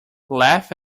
laugh